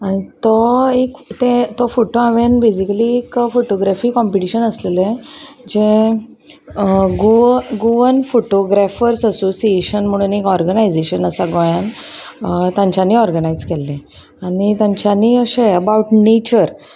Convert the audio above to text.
आनी तो एक ते तो फोटो हांवें बेजिकली एक फोटोग्रेफी कॉम्पिटिशन आसलेलें जे गो गोवन फोटोग्रॅफर्स अस असोसिएशन म्हणून एक ऑर्गनायजेशन आसा गोंयान तांच्यांनी ऑर्गनायज केल्ले आनी तांच्यांनी अशें अबावट नेचर